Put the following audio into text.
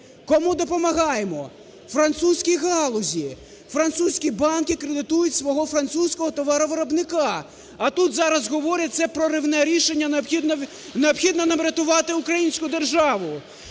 кому допомагаємо? Французькій галузі. Французькі банки кредитують свого французького товаровиробника. А тут зараз говорять: це проривне рішення, необхідно нам рятувати українську державу.